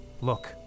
look